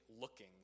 looking